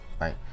right